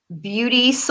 beauty